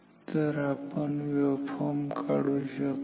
तर आपण वेव्हफॉर्म काढू शकतो